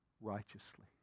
righteously